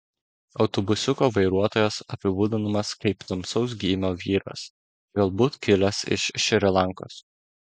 autobusiuko vairuotojas apibūdinamas kaip tamsaus gymio vyras galbūt kilęs iš šri lankos